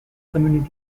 community